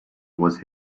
was